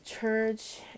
church